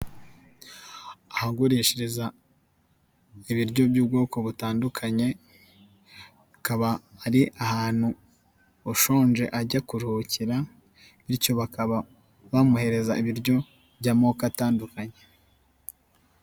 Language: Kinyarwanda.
Ahagurishiza ibiryo by'ubwoko butandukanye, akaba ari ahantu ushonje ajya kuruhukira, bityo bakaba bamuhereza ibiryo by'amoko atandukanye.